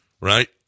Right